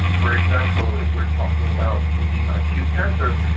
for example, if we're talking about the acute cancers,